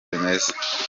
bimeze